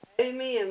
Amen